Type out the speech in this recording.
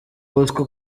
bosco